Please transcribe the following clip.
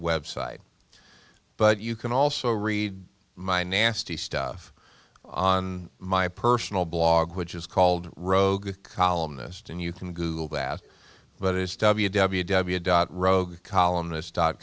website but you can also read my nasty stuff on my personal blog which is called rogue columnist and you can google that but it's w w w dot rogue columnist dot